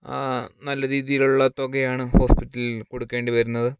നല്ല രീതിയിലുള്ള തുകയാണ് ഹോസ്പിറ്റലിൽ കൊടുക്കേണ്ടി വരുന്നത്